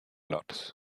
lots